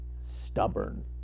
stubborn